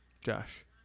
Josh